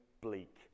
bleak